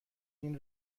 این